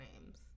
names